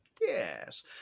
yes